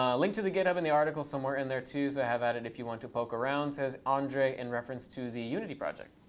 ah link to the git hub in the article somewhere in there, too. so have at it if you want to poke around, says andrej, in reference to the unity project.